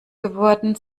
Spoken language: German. geworden